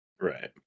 right